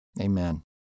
Amen